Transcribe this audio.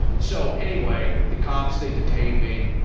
so anyway, the cops they detained me